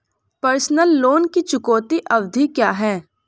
Personal loan की चुकौती अवधि क्या है?